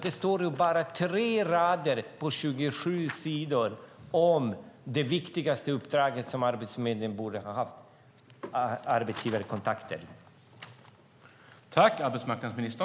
Det står bara tre rader på 27 sidor om det viktigaste uppdrag Arbetsförmedlingen borde ha, nämligen arbetsgivarkontakter.